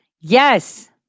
yes